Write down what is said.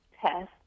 test